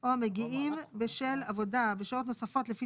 או המגיעים בשל עבודה בשעות נוספות לפי